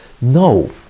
No